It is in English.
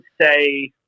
say